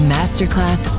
Masterclass